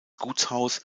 gutshaus